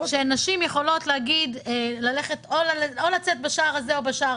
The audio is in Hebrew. שנשים יכולות או לצאת בשער הזה או בשער